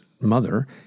mother